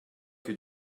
que